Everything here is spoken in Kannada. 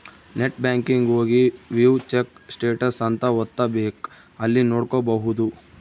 ನೆಟ್ ಬ್ಯಾಂಕಿಂಗ್ ಹೋಗಿ ವ್ಯೂ ಚೆಕ್ ಸ್ಟೇಟಸ್ ಅಂತ ಒತ್ತಬೆಕ್ ಅಲ್ಲಿ ನೋಡ್ಕೊಬಹುದು